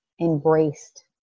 embraced